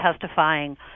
testifying